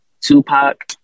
Tupac